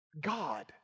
God